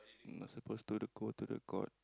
not supposed to the go to the court